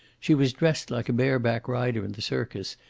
she was dressed like a bare-back rider in the circus,